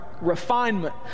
refinement